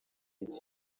iki